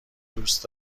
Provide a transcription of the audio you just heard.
دوست